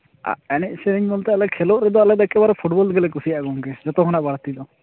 ᱮᱱᱮᱡ ᱥᱮᱨᱮᱧ ᱵᱚᱞᱛᱮ ᱟᱞᱮ ᱠᱷᱮᱞᱳᱜ ᱨᱮᱫᱚ ᱟᱞᱮ ᱮᱠᱮᱵᱟᱨᱮ ᱯᱷᱩᱴᱵᱚᱞ ᱜᱮᱞᱮ ᱠᱩᱥᱤᱭᱟᱜᱼᱟ ᱜᱚᱢᱠᱮ ᱡᱚᱛᱚ ᱠᱷᱚᱱᱟᱜ ᱵᱟᱹᱲᱛᱤ ᱫᱚ